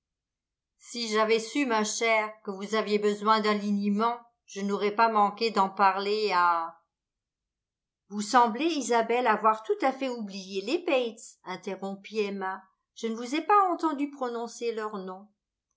si j'avais su ma chère que vous aviez besoin d'un liniment je n'aurais pas manqué d'en parler à vous semblez isabelle avoir tout à fait oublié les bates interrompit emma je ne vous ai pas entendu prononcer leur nom